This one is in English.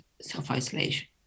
self-isolation